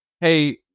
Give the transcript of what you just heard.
hey